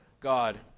God